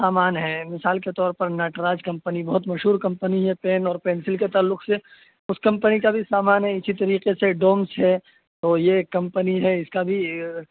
سامان ہیں مثال کے طور پر نٹراج کمپنی بہت مشہور کمپنی ہے پین اور پنسل کے تعلق سے اس کمپنی کا بھی سامان ہے اسی طریقے سے ڈومس ہے تو یہ کمپنی ہے اس کا بھی